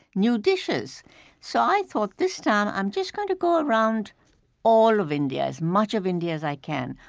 new dishes so i thought, this time i'm just going to go around all of india, as much of india as i can,